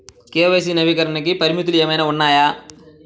KYC నవీకరణకి పరిమితులు ఏమన్నా ఉన్నాయా?